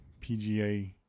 PGA